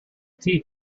teeth